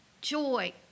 Joy